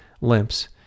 limps